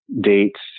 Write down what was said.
dates